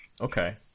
Okay